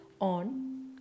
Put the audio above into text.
on